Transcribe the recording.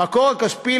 המקור הכספי,